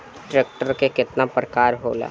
Tractor के केतना प्रकार होला?